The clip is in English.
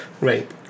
right